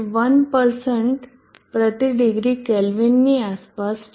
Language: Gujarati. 1 પ્રતિ ડિગ્રી કેલ્વિનની આસપાસ છે